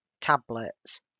tablets